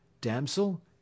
Damsel